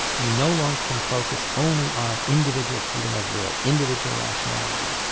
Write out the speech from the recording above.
you no longer can focus only on individual freedom of will, individual rationality.